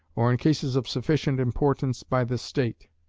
or, in cases of sufficient importance, by the state.